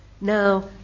Now